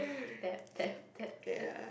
that that that that